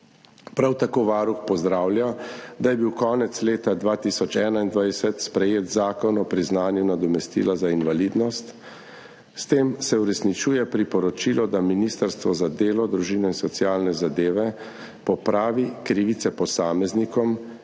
Prav tako Varuh pozdravlja, da je bil konec leta 2021 sprejet zakon o priznanju nadomestila za invalidnost. S tem se uresničuje priporočilo, da Ministrstvo za delo, družino, socialne zadeve in enake možnosti popravi krivice posameznikom,